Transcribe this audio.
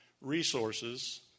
resources